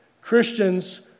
Christians